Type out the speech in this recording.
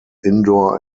indoor